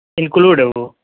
include ہے وہ